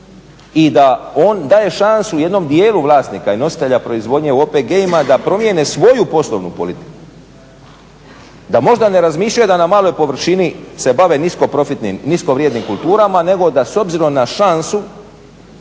i da on daje šansu jednom djelu vlasnika i nositelja proizvodnje u OPG-ima da promijene svoju poslovnu politiku, da možda ne razmišljaju da na maloj površini se bave nisko profitnim, nisko vrijednim kulturama nego da s obzirom na šansu